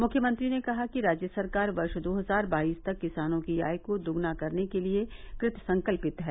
मुख्यमंत्री ने कहा कि राज्य सरकार वर्ष दो हजार बाईस तक किसानों की आय को दोगुना करने के लिए कृत संकल्यित है